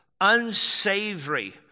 unsavory